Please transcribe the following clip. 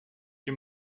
heb